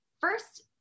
first